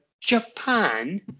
Japan